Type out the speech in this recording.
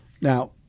Now